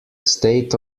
state